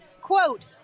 quote